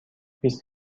بیست